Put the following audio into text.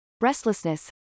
restlessness